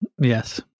yes